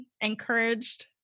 encouraged